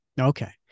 Okay